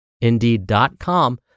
indeed.com